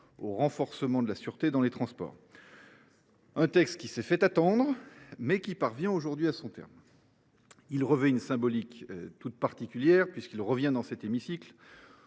au renforcement de la sûreté dans les transports, un texte qui s’est fait attendre, mais dont l’examen parvient aujourd’hui à son terme ! Ce texte revêt une symbolique toute particulière, puisqu’il revient dans cet hémicycle